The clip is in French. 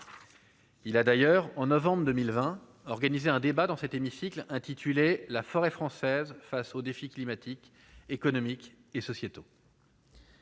il a d'ailleurs en novembre 2020, organiser un débat, dans cet hémicycle, intitulé la forêt française face aux défis climatiques, économiques et sociétaux.